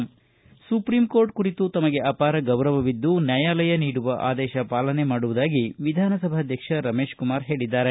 ಸ್ಪರ್ಯಾಚ್ ಪ supreme court ಕುರಿತು ತಮಗೆ ಅಪಾರ ಗೌರವವಿದ್ದು ನ್ಯಾಯಾಲಯ ನೀಡುವ ಆದೇಶ ಪಾಲನೆ ಮಾಡುವುದಾಗಿ ವಿಧಾನಸಭಾಧ್ಯಕ್ಷ ರಮೇಶಕುಮಾರ ಹೇಳಿದ್ದಾರೆ